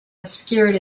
obscured